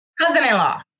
cousin-in-law